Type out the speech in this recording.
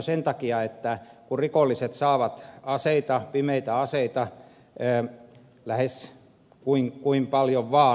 sen takia että rikolliset saavat aseita pimeitä aseita lähes kuinka paljon vaan